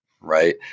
Right